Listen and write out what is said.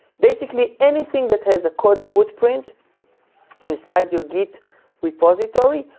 basically anything that has a code footprint inside your git repository,